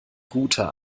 guter